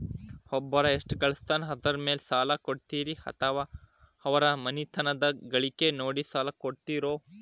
ಒಬ್ಬವ ಎಷ್ಟ ಗಳಿಸ್ತಾನ ಅದರ ಮೇಲೆ ಸಾಲ ಕೊಡ್ತೇರಿ ಅಥವಾ ಅವರ ಮನಿತನದ ಗಳಿಕಿ ನೋಡಿ ಸಾಲ ಕೊಡ್ತಿರೋ?